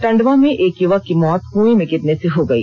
टंडवा में एक युवक की मौत कृएं में गिरने से हो गई